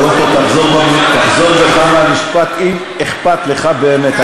קודם כול תחזור בך מהמשפט "אם אכפת לך באמת".